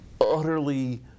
utterly